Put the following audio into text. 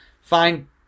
fine